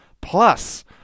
Plus